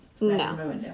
No